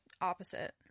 opposite